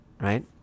right